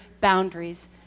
boundaries